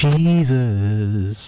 Jesus